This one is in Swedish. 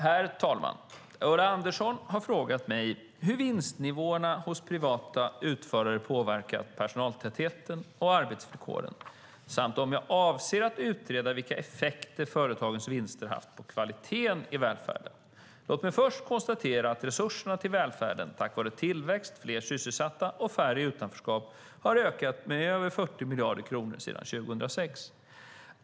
Herr talman! Ulla Andersson har frågat mig hur vinstnivåerna hos privata utförare påverkat personaltätheten och arbetsvillkoren samt om jag avser att utreda vilka effekter företagens vinster haft på kvaliteten i välfärden. Låt mig först konstatera att resurserna till välfärden, tack vare tillväxt, fler sysselsatta och färre i utanförskap, har ökat med över 40 miljarder kronor sedan 2006.